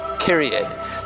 Period